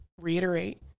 reiterate